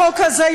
החוק הזה,